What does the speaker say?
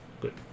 Good